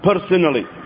personally